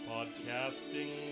Podcasting